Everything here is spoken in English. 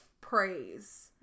praise